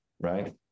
right